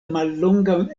mallongan